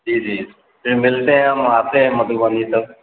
جی جی پھر ملتے ہیں ہم آتے ہیں مدھوبنی سر